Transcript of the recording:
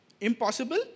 impossible